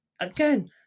again